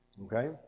Okay